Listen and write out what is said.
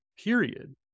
period